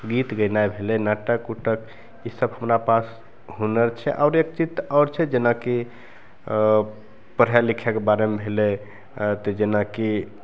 गीत गेनाइ भेलै नाटक उटक ईसब हमरा पास हुनर छै आओर एक चीज तऽ आओर छै जेनाकि पढ़ै लिखैके बारेमे भेलै तऽ जेनाकि